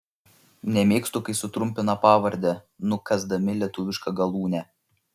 nemėgstu kai sutrumpina pavardę nukąsdami lietuvišką galūnę